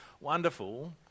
wonderful